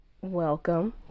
welcome